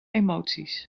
emoties